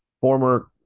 former